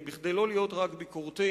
כדי לא להיות רק ביקורתי,